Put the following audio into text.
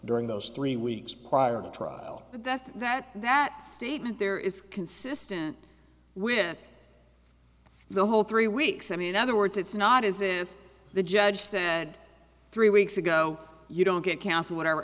during those three weeks prior to trial that that that statement there is consistent with the whole three weeks i mean other words it's not as if the judge said three weeks ago you don't get counsel whatever